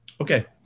okay